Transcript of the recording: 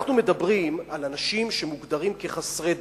אנחנו מדברים על אנשים שמוגדרים כחסרי דת.